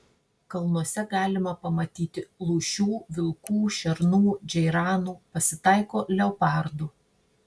kalnuose galima pamatyti lūšių vilkų šernų džeiranų pasitaiko leopardų